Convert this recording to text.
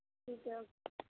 ٹھیک ہے اوکے